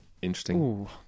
Interesting